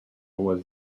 was